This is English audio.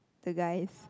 the guys